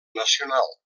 nacional